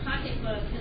pocketbook